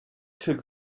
took